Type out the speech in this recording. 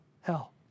hell